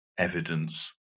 evidence